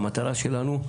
המטרה שלנו,